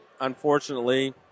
unfortunately